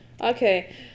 Okay